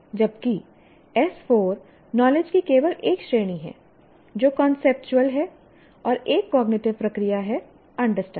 जबकि S 4 knowledge की केवल एक श्रेणी है जो कांसेप्चुअल है और एक कॉग्निटिव प्रक्रिया है अंडरस्टैंड